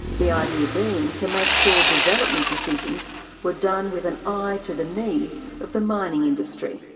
the idea being to make sure development decisions were done with an eye to the needs of the mining industry.